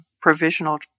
provisional